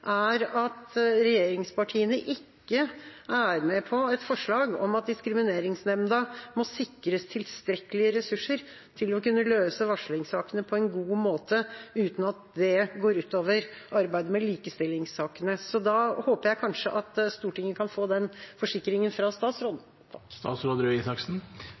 er at regjeringspartiene ikke er med på et forslag om at Diskrimineringsnemnda må sikres tilstrekkelige ressurser til å kunne løse varslingssakene på en god måte uten at det går ut over arbeidet med likestillingssakene. Da håper jeg kanskje at Stortinget kan få den forsikringen fra